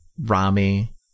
Rami